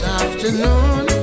afternoon